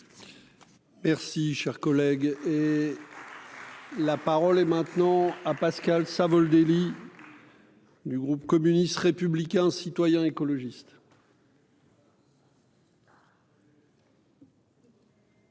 Merci, cher collègue. La parole est maintenant à Pascal Savoldelli. Du groupe communiste, républicain, citoyen et écologiste.